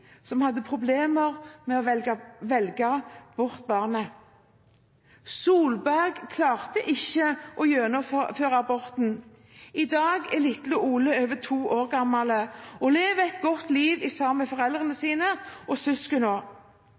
som hadde problemer med å velge bort barnet. Solberg klarte ikke å gjennomføre aborten. I dag er lille Ole over to år gammel og lever et godt liv sammen med foreldrene og søsknene sine.